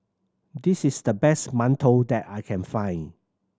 this is the best mantou that I can find